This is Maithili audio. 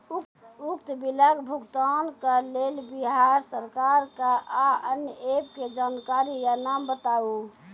उक्त बिलक भुगतानक लेल बिहार सरकारक आअन्य एप के जानकारी या नाम बताऊ?